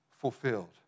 fulfilled